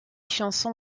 chansons